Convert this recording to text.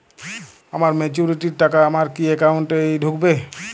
আমার ম্যাচুরিটির টাকা আমার কি অ্যাকাউন্ট এই ঢুকবে?